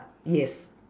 yes